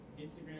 Instagram